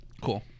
Cool